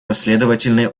последовательные